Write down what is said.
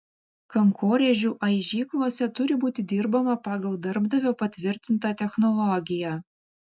kankorėžių aižyklose turi būti dirbama pagal darbdavio patvirtintą technologiją